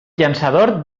llançador